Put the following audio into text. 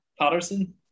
Patterson